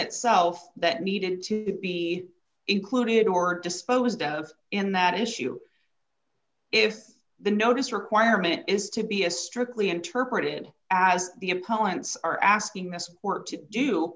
itself that needed to be included or disposed of in that issue if the notice requirement is to be a strictly interpreted as the opponents are asking must work to do